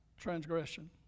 transgression